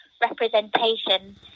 representation